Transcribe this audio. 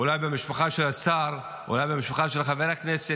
אולי גם במשפחה של השר, אולי במשפחה של חבר הכנסת.